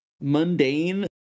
Mundane